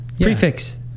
Prefix